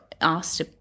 asked